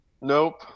Nope